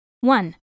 One